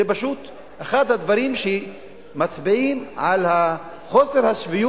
זה פשוט אחד הדברים שמצביעים על חוסר השפיות